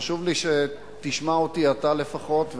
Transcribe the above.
וחשוב לי שתשמע אותי אתה לפחות,